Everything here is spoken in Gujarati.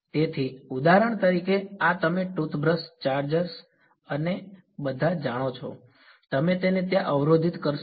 તેથી ઉદાહરણ તરીકે આ તમે ટૂથબ્રશ ચાર્જર્સ અને બધાને જાણો છો તમે તેને ત્યાં અવરોધિત કરશો